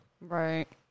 Right